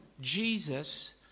Jesus